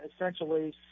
essentially